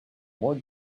more